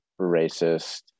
racist